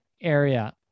area